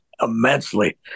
immensely